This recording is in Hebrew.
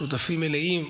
שותפים מלאים.